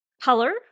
color